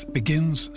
begins